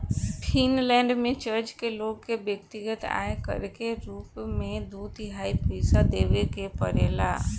Finland में church के लोग के व्यक्तिगत आय कर के रूप में दू तिहाई पइसा देवे के पड़ेला